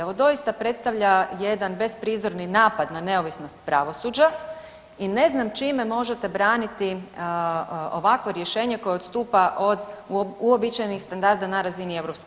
Ovo doista predstavlja jedan besprizorni napad na neovisnost pravosuđa i ne znam čime možete braniti ovakvo rješenje koje odstupa od uobičajenih standarda na razini EU.